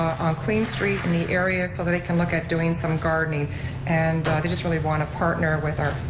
on queen street, in the area, so that they can look at doing some gardening and they just really want to partner with our,